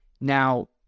Now